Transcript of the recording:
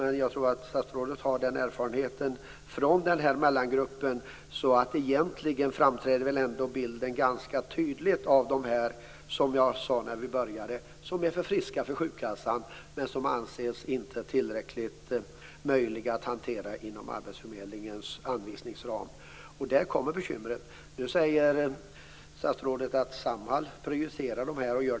Men jag tror att statsrådet har erfarenhet från den här mellangruppen, så egentligen framträder väl bilden ganska tydligt av dem som jag när vi började debatten sade är för friska för sjukkassan men som inte anses möjliga att hantera inom arbetsförmedlingens anvisningsram. Där kommer bekymren. Statsrådet säger att Samhall med råge prioriterar de här personerna.